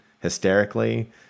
hysterically